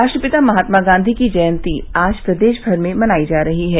राष्ट्रपिता महात्मा गांधी की जयंती आज प्रदेश भर में मनाई जा रही है